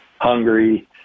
hungry